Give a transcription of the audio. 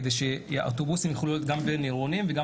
כדי שהאוטובוסים יוכלו להיות גם בין-עירוניים וגם